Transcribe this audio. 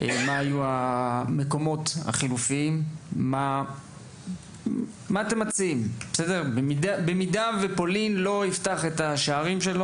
מה היו המקומות החלופיים ומה אתם מציעים במידה ופולין לא תפתח את שעריה.